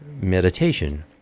meditation